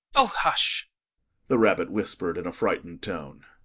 oh, hush the rabbit whispered in a frightened tone.